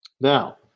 Now